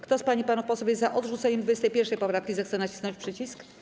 Kto z pań i panów posłów jest za odrzuceniem 21. poprawki, zechce nacisnąć przycisk.